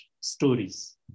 stories